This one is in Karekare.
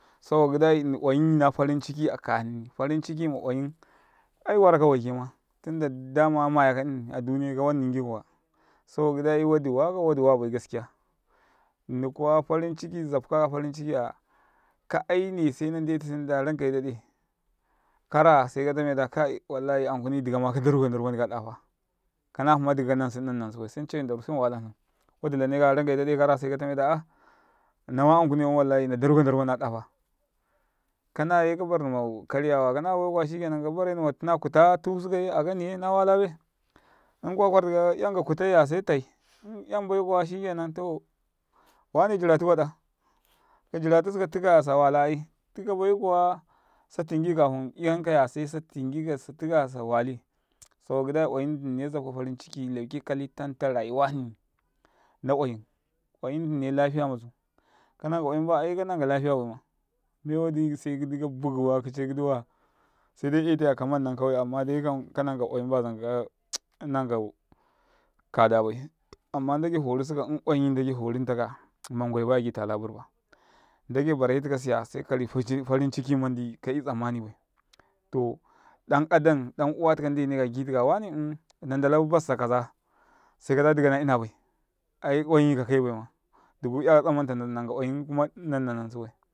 Saboka gidai oyummi na farin ciki aka hni farin ciki ma oyum ai waraka wai'kema. Tunda dama mayaka nni aduniyai saboka gidai wadi wakau wadi wabai nni kuwa farin ciki zafka ka farin cikiya munda rankai daɗe kaa seka ɗafe kada ankani dikama ko daruka ndaru mandi kala ina kana hma dika kanansi nna nansi bai wadi lan ne kaya sekada rankai dade nnma ankuniya nadaruka ndaru nan na ina kanaye kabar ni ma kar yawa kana bai kuwa shikenan ka barni ma hna kuta shikenan. Kawai wane ɗimitiwaɗa dimi tusuka tika sa wala ai, ikabai kuwa satingi yanka sati kaya se sawali, saboka gidai oyun nnine zabka farin ciki lauke kali tanta rayuwa hni na oyum saboka gidai oyum dinine lafiya mazuka nanka oyum baya ai kananka lafi ya bai. Me wadi se gidika baguwa gidi kiciy gidi wayu saidai yaite akamannan amma daikam kanan ka oyam bayaka ka nanka kada bai amma in mdagai faru sukau in oyumi agi tala burba. Ndage bareti kasi se seka kali farin ciki mandi ka 'yu tsammani bai ɗan adan dan uwa taka ndene ka i gitikaya wane um na ndalau basta kaza sekada dika na ina bai ai oyumi kakai bai madu ku 'yaka tsammata nni nan ka oyumi kuma nnii nan sibai.